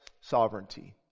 Sovereignty